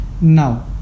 now